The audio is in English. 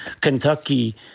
Kentucky